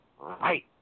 right